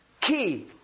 Key